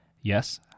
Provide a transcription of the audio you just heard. Yes